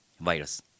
Virus